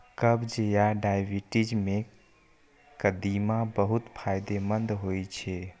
कब्ज आ डायबिटीज मे कदीमा बहुत फायदेमंद होइ छै